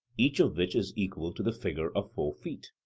each of which is equal to the figure of four feet?